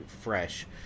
fresh